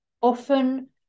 often